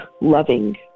loving